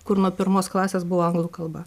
kur nuo pirmos klasės buvo anglų kalba